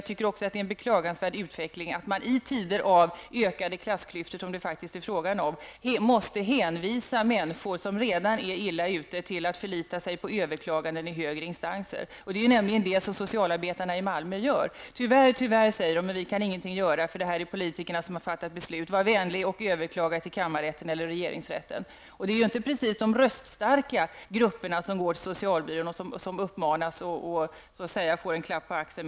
Jag tycker också att det är en beklagansvärd utveckling att man i tider med ökande klassklyftor -- som det faktiskt är fråga om -- måste hänvisa människor som redan är illa ute att förlita sig till överklaganden i högre instanser. Det är nämligen det som socialarbetarna i Malmö gör. De säger: Tyvärr kan vi ingenting göra, för det är politikerna som har fattat beslut i frågan -- var vänlig överklaga till kammarrätten eller regeringsrätten! Det är ju inte precis de röststarka grupperna som går till socialbyrån och som får det här rådet med en klapp på axeln.